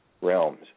realms